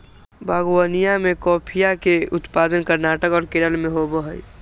बागवनीया में कॉफीया के उत्पादन कर्नाटक और केरल में होबा हई